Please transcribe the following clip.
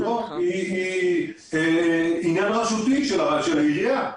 היא עניין רשותי של העירייה.